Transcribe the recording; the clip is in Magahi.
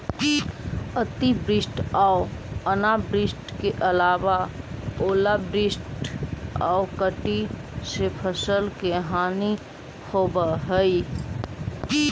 अतिवृष्टि आऊ अनावृष्टि के अलावा ओलावृष्टि आउ कीट से फसल के हानि होवऽ हइ